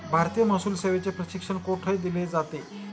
भारतीय महसूल सेवेचे प्रशिक्षण कोठे दिलं जातं?